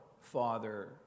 Father